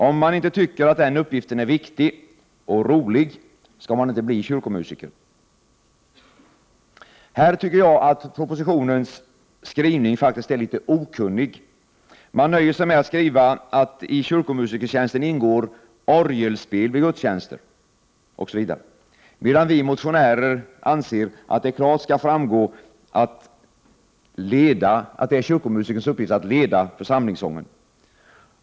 Om man inte tycker att den uppgiften är viktig och rolig, skall man inte bli kyrkomusiker. Här tycker jag att propositionens skrivning faktiskt är litet okunnig. Man nöjer sig med att skriva att i kyrkomusikertjänsten ingår ”orgelspel vid gudstjänster” osv., medan vi motionärer anser att det klart skall framgå att det är kyrkomusikerns uppgift att leda församlingssången.